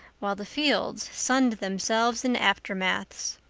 while the fields sunned themselves in aftermaths.